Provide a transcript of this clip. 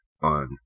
on